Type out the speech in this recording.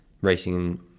Racing